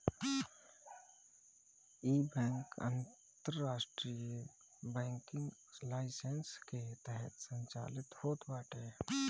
इ बैंक अंतरराष्ट्रीय banking licence के तहत संचालित होत बाटे